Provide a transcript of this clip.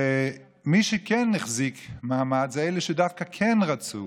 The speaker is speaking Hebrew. ומי שכן החזיק מעמד זה אלה שדווקא כן רצו